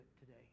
today